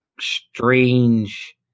strange